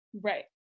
right